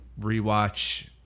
rewatch